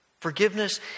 Forgiveness